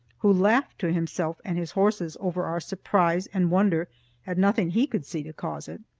who laughed to himself and his horses over our surprise and wonder at nothing he could see to cause it.